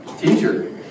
Teacher